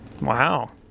Wow